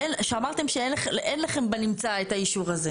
שאמרתם שאין לכם בנמצא את האישור הזה.